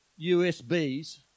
USBs